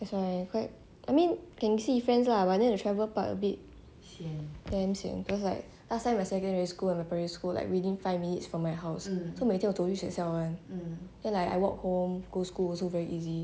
that's why I quite I mean can see friends lah but then the travel part a bit damm sian cause like last time my secondary school and the primary school like within five minutes from my house so 我每天走去学校 [one] then like I walk home go school also very easy